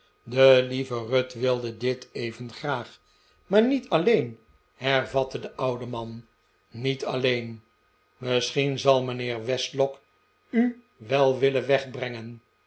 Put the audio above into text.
de lieve ruth wilde dit even graag maar niet alleen hervatte de oude man niet alleen misschien zal mijnheer westlock u wel willen wegbrengen